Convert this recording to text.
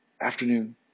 afternoon